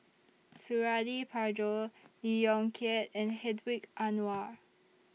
Suradi Parjo Lee Yong Kiat and Hedwig Anuar